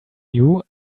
you